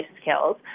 skills